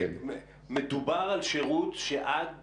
מדובר על שירות שעד